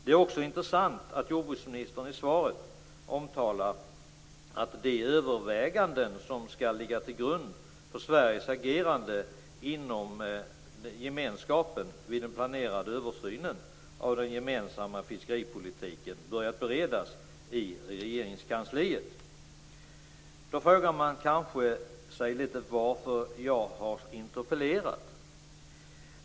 Det är också intressant att jordbruksministern i svaret omtalar att de överväganden som skall ligga till grund för Sveriges agerande inom gemenskapen vid den planerade översynen av den gemensamma fiskeripolitiken har börjat beredas i Regeringskansliet. Då frågar man sig kanske varför jag har interpellerat.